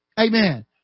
Amen